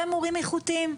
ומורים איכותיים.